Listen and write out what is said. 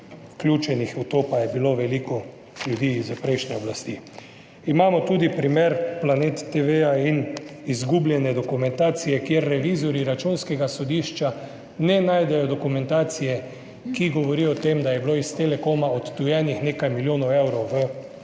Vključenih v to pa je bilo veliko ljudi iz prejšnje oblasti. Imamo tudi primer Planet TV in izgubljene dokumentacije, kjer revizorji Računskega sodišča ne najdejo dokumentacije, ki govori o tem, da je bilo iz Telekoma odtujenih nekaj milijonov evrov v neke